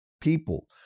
people